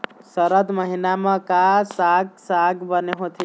सरद महीना म का साक साग बने होथे?